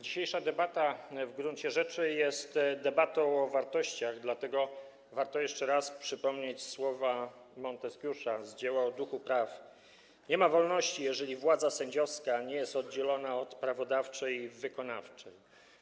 Dzisiejsza debata w gruncie rzeczy jest debatą o wartościach, dlatego warto jeszcze raz przypomnieć słowa Monteskiusza z dzieła „O duchu praw”: nie ma wolności, jeżeli władza sędziowska nie jest oddzielona od prawodawczej i wykonawczej.